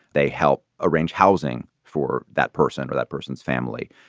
they help arrange housing for that person or that person's family,